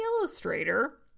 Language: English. illustrator